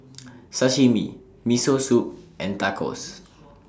Sashimi Miso Soup and Tacos